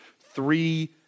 three